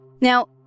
Now